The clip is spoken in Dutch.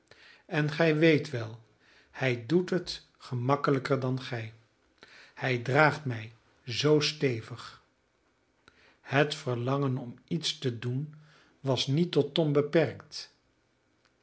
en gij weet wel hij doet het gemakkelijker dan gij hij draagt mij zoo stevig het verlangen om iets te doen was niet tot